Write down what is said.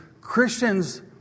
Christians